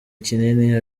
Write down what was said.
kinini